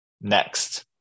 next